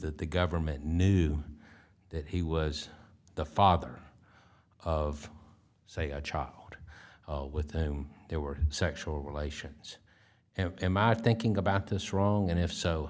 that the government knew that he was the father of say a child with them there were sexual relations and am i thinking about this wrong and if so